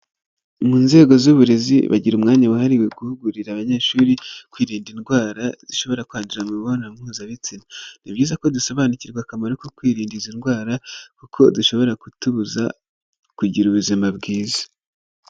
Mu nzego z'uburezi, bagira umwanya wahariwe guhugurira abanyeshuri kwirinda indwara, zishobora kwandurira mu mibonano mpuzabitsina, ni byiza ko dusobanukirwa akamaro ko kwirinda izi ndwara, kuko dushobora kutubuza kugira ubuzima bwiza.